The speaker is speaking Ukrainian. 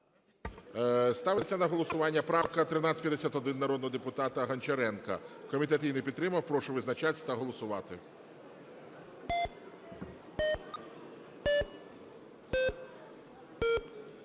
Ставиться на голосування правка 1351 народного депутата Гончаренка. Комітет її не підтримав. Прошу визначатись та голосувати.